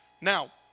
Now